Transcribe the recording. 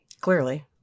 Clearly